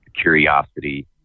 curiosity